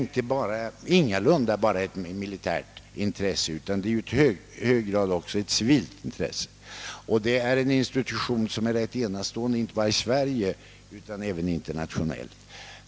Detta är inte enbart av militärt intresse utan också i hög grad av civilt. Flygtekniska försöksanstalten är en enastående institution, inte bara i Sverige utan även internationellt.